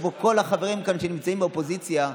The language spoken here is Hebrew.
כמו כל החברים כאן שנמצאים באופוזיציה,